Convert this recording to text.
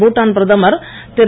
பூடான் பிரதமர் திரு